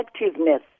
effectiveness